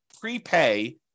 prepay